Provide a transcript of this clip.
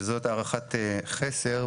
שזו הערכת חסר,